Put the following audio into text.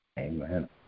Amen